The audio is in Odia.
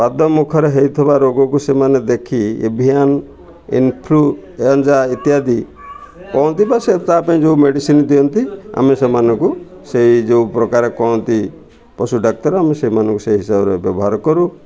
ପାଦ ମୁଖରେ ହେଇଥିବା ରୋଗକୁ ସେମାନେ ଦେଖି ଏଭିଆନ୍ ଇନଫ୍ଲୁଏଞ୍ଜା ଇତ୍ୟାଦି କହନ୍ତି ବା ସେ ତା ପାଇଁ ଯୋଉ ମେଡ଼ିସିନ୍ ଦିଅନ୍ତି ଆମେ ସେମାନଙ୍କୁ ସେଇ ଯୋଉ ପ୍ରକାର କହନ୍ତି ପଶୁ ଡ଼ାକ୍ତର ଆମେ ସେମାନଙ୍କୁ ସେଇ ହିସାବରେ ବ୍ୟବହାର କରୁ